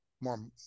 More